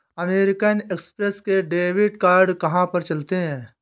American Express के debit card कहाँ पर चलते हैं?